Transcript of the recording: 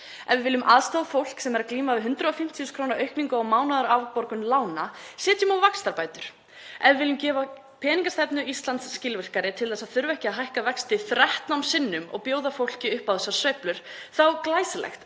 Ef við viljum aðstoða fólk sem er að glíma við 150.000 kr. aukningu á mánaðarlegum afborgunum lána, setjum á vaxtabætur. Ef við viljum gera peningastefnu Íslands skilvirkari til að þurfa ekki að hækka vexti 13 sinnum og bjóða fólki upp á þessar sveiflur, glæsilegt,